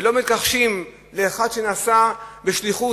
ולא מתכחשים לאחד שעשה בשליחות,